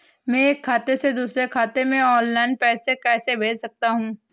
मैं एक खाते से दूसरे खाते में ऑनलाइन पैसे कैसे भेज सकता हूँ?